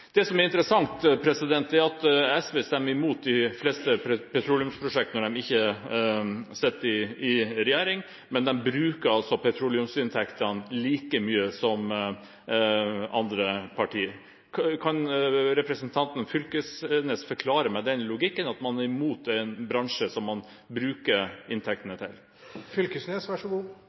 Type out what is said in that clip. Det som er interessant, er at SV stemmer imot de fleste petroleumsprosjektene når de ikke sitter i regjering, men de bruker petroleumsinntektene like mye som andre partier. Kan representanten Fylkesnes forklare meg den logikken, at man er imot en bransje som man bruker inntektene